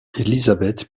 elizabeth